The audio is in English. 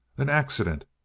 an accident.